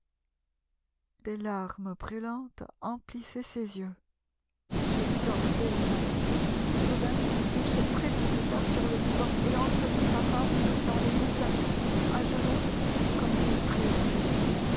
des larmes brûlantes emplissaient ses yeux il se tordait les mains soudain il se précipita sur le divan et ensevelit sa face dans les coussins à genoux comme s'il priait